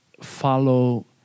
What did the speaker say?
follow